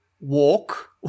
walk